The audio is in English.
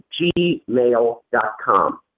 gmail.com